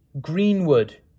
Greenwood